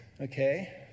Okay